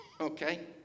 okay